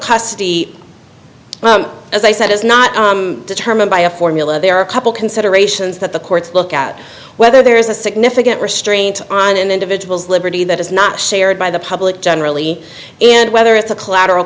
custody as i said is not determined by a formula there are a couple considerations that the courts look at whether there is a significant restraint on an individual's liberty that is not shared by the public generally and whether it's a collateral